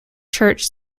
church